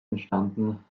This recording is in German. entstanden